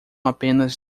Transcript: apenas